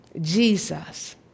Jesus